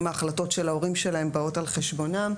ההחלטות של ההורים שלהם באים על חשבונם.